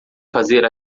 fazer